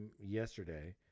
yesterday